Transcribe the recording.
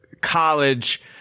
college